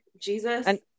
Jesus